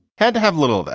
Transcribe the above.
had to have little.